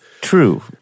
True